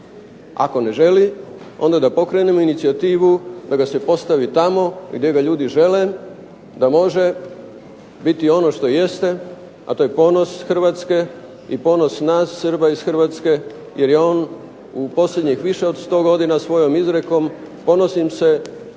Ako ne želi, onda da pokrenemo inicijativu da ga se postavi tamo gdje ga ljudi žele, da može biti ono što jeste, a to je ponos Hrvatske i ponos nas Srba iz Hrvatske jer je on u posljednjih više od sto godina svojom izrekom ponosim se svojim